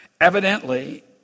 evidently